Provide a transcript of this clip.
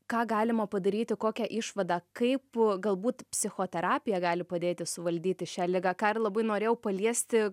ką galima padaryti kokią išvadą kaip galbūt psichoterapija gali padėti suvaldyti šią ligą ką ir labai norėjau paliesti